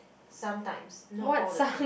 sometimes not all the time